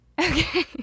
Okay